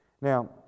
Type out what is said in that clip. Now